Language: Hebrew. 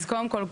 אז קודם כל,